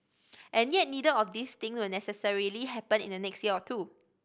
and yet neither of these things will necessarily happen in the next year or two